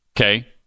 Okay